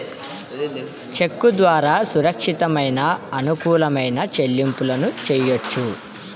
చెక్కు ద్వారా సురక్షితమైన, అనుకూలమైన చెల్లింపులను చెయ్యొచ్చు